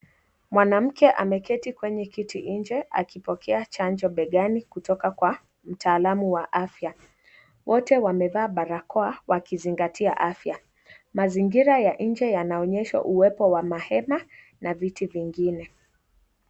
Mwanamke ameketi kwenye kiti nje, akipokea chanjo begani kutoka kwa mtaalamu wa afya. Wote, wamevaa barakoa akizingatia afya. Mazingira ya nje, yanaonyesha uwepo wa mahema na viti vingine.